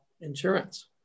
insurance